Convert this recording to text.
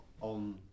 on